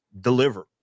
deliver